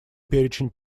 перечень